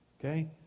Okay